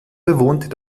bewohnt